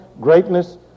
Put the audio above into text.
greatness